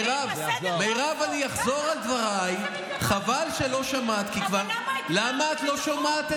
למה הקדמת את הצעת החוק?